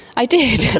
i did,